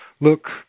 look